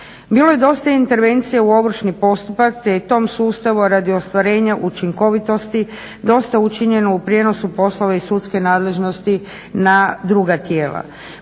Bilo je dosta intervencija u ovršni postupak, te je tom sustavu, a radi ostvarenja učinkovitosti dosta učinjeno u prijenosu poslova iz sudske nadležnosti na druga tijela.